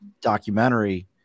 documentary